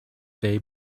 they